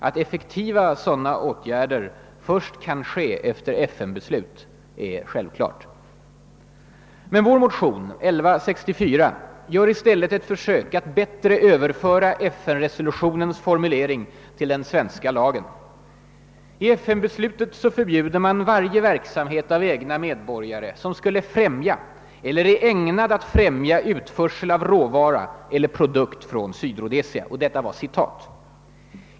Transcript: Att effektiva sådana åtgärder först kan vidtas efter FN beslut är självklart. Vår motion 1164 gör i stället ett försök att bättre överföra FN-resolutionens formulering till den svenska lagen. I FN-beslutet förbjuder man »varje verksamhet av egna medborgare som främjar eller är ägnade att främja utförsel av råvara eller produkt från Sydrhodesia».